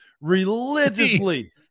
religiously